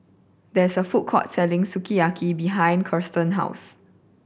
there is a food court selling Sukiyaki behind Kiersten's house